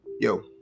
Yo